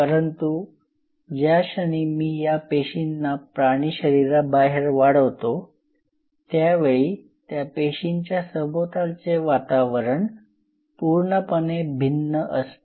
परंतु ज्या क्षणी मी ह्या पेशींना प्राणी शरीराबाहेर बाहेर वाढवितो त्यावेळी त्या पेशींच्या सभोवतालचे वातावरण पूर्णपणे भिन्न असते